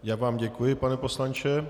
Já vám děkuji, pane poslanče.